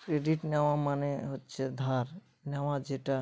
credit নেওয়া মানে হচ্ছে ধার নেওয়া যেটা